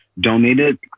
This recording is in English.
donated